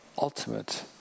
Ultimate